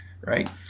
right